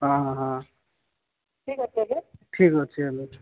ହଁ ହଁ ହଁ ଠିକ୍ ଅଛି ଆଜ୍ଞା ଠିକ୍ ଅଛି ହେଲେ